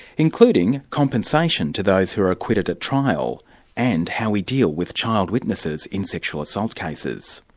including compensation to those who are acquitted at trial and how we deal with child witnesses in sexual assault cases.